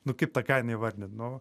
nu kaip tą kainą įvardint nu